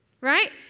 Right